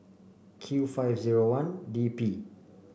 q five zero one DP